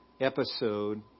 episode